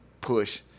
push